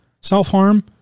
Self-harm